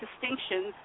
distinctions